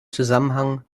zusammenhang